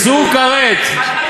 איסור כרת, איסור כרת.